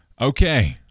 okay